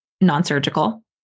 non-surgical